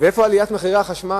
איפה עליית מחירי החשמל?